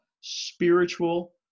spiritual